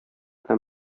һәм